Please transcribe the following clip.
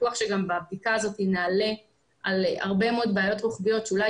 בטוח שגם בבדיקה הזאת נעלה על הרבה מאוד בעיות רוחביות שאולי